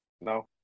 No